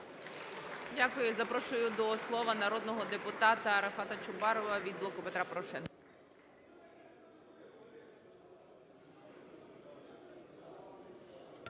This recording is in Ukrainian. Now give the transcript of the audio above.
Дякую. І запрошую до слова народного депутата Рефата Чубарова від "Блоку Петра Порошенка".